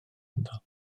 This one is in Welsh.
ynddo